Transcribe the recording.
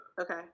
Okay